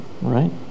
Right